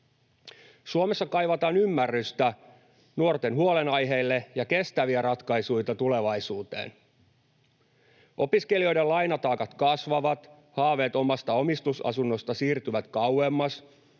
Suomessa kaivataan ymmärrystä nuorten huolenaiheille ja kestäviä ratkaisuita tulevaisuuteen. Opiskelijoiden lainataakat kasvavat, haaveet omasta omistusasunnosta siirtyvät kauemmas,